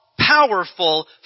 powerful